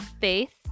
faith